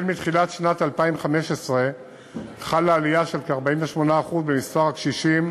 מתחילת שנת 2015 חלה עלייה של כ-48% במספר הקשישים